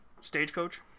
stagecoach